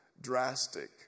drastic